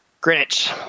Greenwich